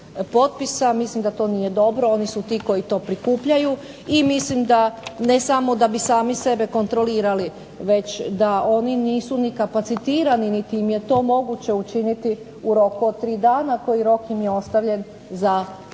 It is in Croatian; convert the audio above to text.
mislim da to nije dobro, oni su ti koji to prikupljaju, i mislim da ne samo da bi sami sebe kontrolirali, već da oni nisu ni kapacitirani, niti im je to moguće učiniti u roku od 3 dana, koji rok im je ostavljen za predaju